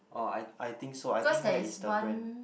oh I I think so I think that is the brand